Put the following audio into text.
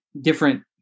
different